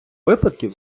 випадків